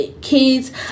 kids